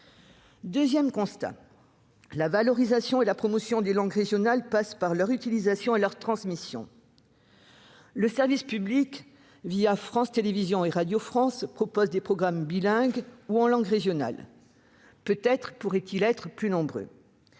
Deuxième constat : la valorisation et la promotion des langues régionales passent par leur utilisation et leur transmission. Le service public France Télévision et Radio France propose des programmes bilingues ou en langue régionale. Peut-être pourraient-ils être plus nombreux